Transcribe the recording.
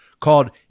called